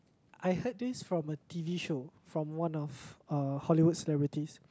I heard this from a T_V show from one of uh Hollywood celebrities